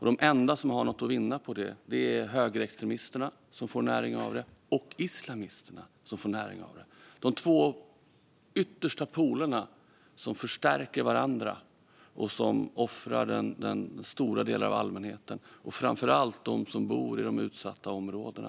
De enda som har något att vinna på det är högerextremisterna, som får näring av det, och islamisterna, som får näring av det. Det är de två yttersta polerna som förstärker varandra och som offrar stora delar av allmänheten. Det gäller framför allt dem som bor i de utsatta områdena.